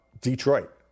Detroit